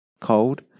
cold